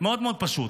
זה מאוד מאוד פשוט: